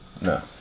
No